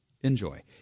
Enjoy